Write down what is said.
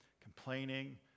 complaining